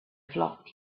flock